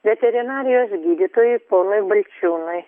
veterinarijos gydytojui ponui balčiūnui